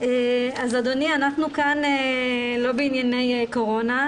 אנחנו כאן לא בענייני קורונה,